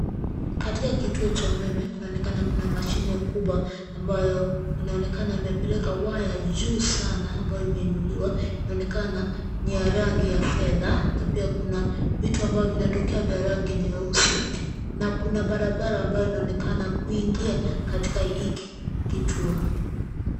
Katika kituo cha umeme kunaonekana kuna mashine kubwa ambayo inaonekana imepeleka waya juu sana ambayo imeinuliwa. Inaonekana ni ya rangi ya fedha na pia kuna vitu ambavyo vinatokea vya rangi nyeusi na kuna barabara ambayo inaonekana kuingia katika hiki kituo.